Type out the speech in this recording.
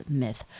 myth